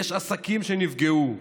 יש עסקים שנפגעו,